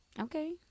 okay